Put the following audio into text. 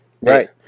Right